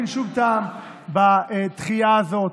אין שום טעם בדחייה הזאת.